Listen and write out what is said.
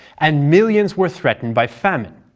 and millions were threatened by famine.